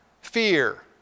fear